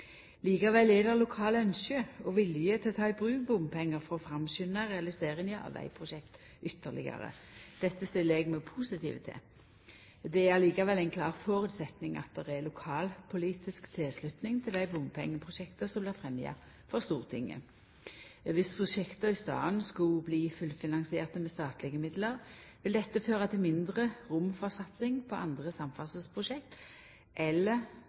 Likevel er det lokalt ynske og vilje til å ta i bruk bompengar for å framskunda realiseringa av vegprosjekt ytterlegare. Dette stiller eg meg positiv til. Det er likevel ein klar føresetnad at det er lokalpolitisk tilslutning til dei bompengeprosjekta som blir fremja for Stortinget. Dersom prosjekta i staden skulle bli fullfinansierte med statlege midlar, ville dette føra til mindre rom for satsing på andre samferdselsprosjekt eller